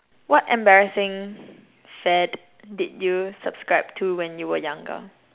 what embarrassing fad did you subscribe to when you were younger